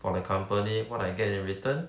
for the company what I get in return